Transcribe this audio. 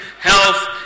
health